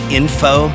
info